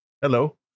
hello